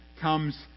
comes